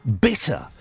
bitter